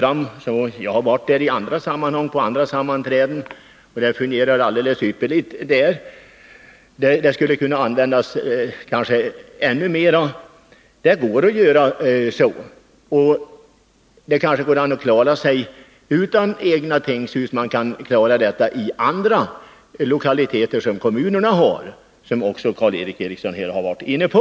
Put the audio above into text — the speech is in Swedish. Jag har varit där på andra sammanträden, och det fungerar alldeles ypperligt. Lokalerna skulle kanske kunna användas på ännu fler sätt, det är möjligt. Det kanske tt.o.m. går an att klara sig utan egna tingshus. Man kan använda andra lokaliteter som kommunerna har, vilket också Karl Erik Eriksson varit inne på.